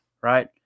Right